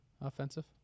Offensive